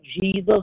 Jesus